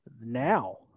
now